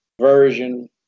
version